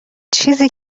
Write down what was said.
چیزی